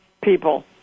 people